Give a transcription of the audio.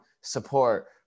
support